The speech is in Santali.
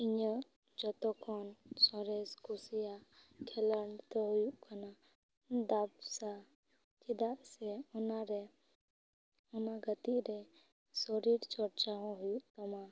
ᱤᱧᱟᱹᱜ ᱡᱚᱛᱚ ᱠᱷᱚᱱ ᱥᱚᱨᱮᱥ ᱠᱩᱥᱤᱭᱟᱜ ᱠᱷᱮᱞᱳᱱᱰ ᱫᱚ ᱦᱩᱭᱩᱜ ᱠᱟᱱᱟ ᱫᱟᱯᱥᱟ ᱪᱮᱫᱟ ᱥᱮ ᱚᱱᱟᱨᱮ ᱩᱱᱟᱹᱜ ᱜᱟᱛᱮᱜ ᱨᱮ ᱥᱚᱨᱤᱨ ᱪᱚᱨᱪᱟ ᱦᱚᱸ ᱦᱩᱭᱩᱜ ᱛᱟᱢᱟ